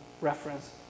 reference